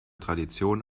tradition